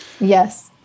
Yes